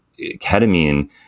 ketamine